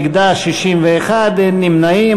נגדה, 61, אין נמנעים.